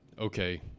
okay